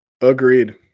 Agreed